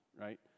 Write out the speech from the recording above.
right